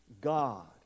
God